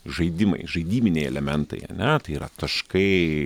žaidimai žaidybiniai elementai ane tai yra taškai